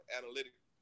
analytic